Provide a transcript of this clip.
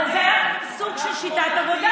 זה מה שאת לא מבינה.